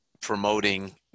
promoting